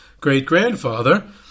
great-grandfather